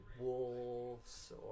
wolves